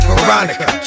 Veronica